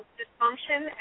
dysfunction